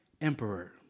emperor